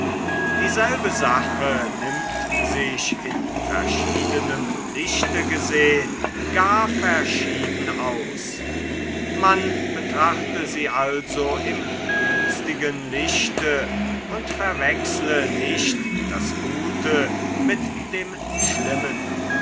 dieselbe sache nimmt sich in verschiedenem lichte gesehen gar verschieden aus man betrachte sie also im günstigen lichte und verwechsele nicht das gute mit dem schlimmen